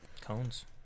Cones